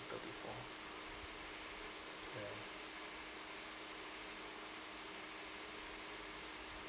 centre before where